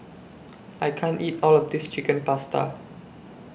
I can't eat All of This Chicken Pasta